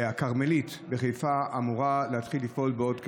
הכרמלית בחיפה אמורה להתחיל לפעול בעוד כחודש.